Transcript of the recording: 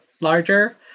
larger